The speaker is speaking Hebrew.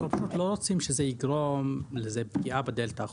אנחנו לא רוצים שזאת תהיה פגיעה בדלת האחורית,